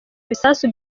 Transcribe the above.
ibisasu